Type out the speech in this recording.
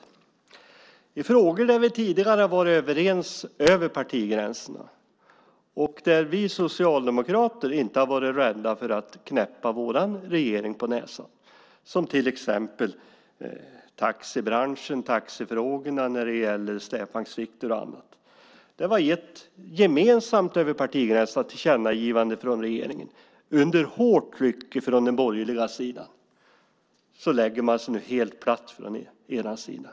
Det finns frågor där vi tidigare har varit överens över partigränserna och där vi socialdemokrater inte har varit rädda för att knäppa vår regering på näsan, till exempel taxibranschen och taxifrågorna, släpvagnsvikter och annat. Då var det ett gemensamt tillkännagivande över partigränserna till regeringen under hårt tryck från den borgerliga sidan. Men nu lägger man sig helt platt från er sida.